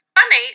funny